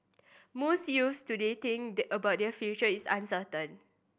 most youths today think that about their future is uncertain